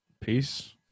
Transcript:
Peace